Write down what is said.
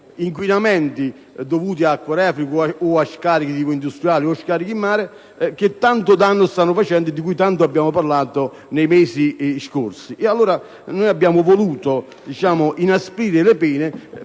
inquinamenti dovuti ad acque reflue o a scarichi di tipo industriale o a scarichi in mare, che tanto danno stanno recando e di cui tanto abbiamo parlato nei mesi scorsi. Abbiamo voluto inasprire le pene